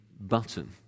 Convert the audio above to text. button